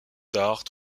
tard